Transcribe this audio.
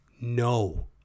No